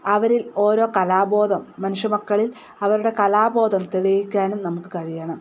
അവരിൽ ഓരോ കലാബോധം മനുഷ്യമക്കളിൽ അവരുടെ കലാബോധം തെളിയിക്കാനും നമുക്ക് കഴിയണം